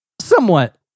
somewhat